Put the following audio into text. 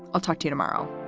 i'll talk to you tomorrow